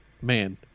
man